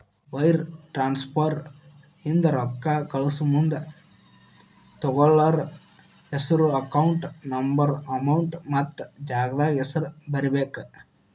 wire transfer ಇಂದ ರೊಕ್ಕಾ ಕಳಸಮುಂದ ತೊಗೋಳ್ಳೋರ್ ಹೆಸ್ರು ಅಕೌಂಟ್ ನಂಬರ್ ಅಮೌಂಟ್ ಮತ್ತ ಜಾಗದ್ ಹೆಸರ ಬರೇಬೇಕ್